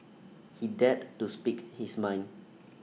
he dared to speak his mind